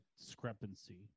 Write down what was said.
discrepancy